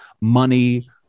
money